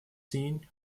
scene